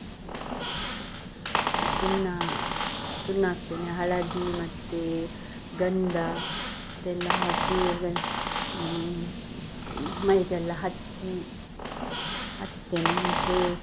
ಸ ಸ ಸುಣ್ಣ ಸುಣ್ಣ ಹಾಕ್ತೇನೆ ಹಳದಿ ಮತ್ತು ಗಂಧ ಇದೆಲ್ಲ ಹಾಕಿ ಅದನ್ನು ಮೈಗೆಲ್ಲ ಹಚ್ಚಿ ಹಚ್ತೇನೆ ಮತ್ತು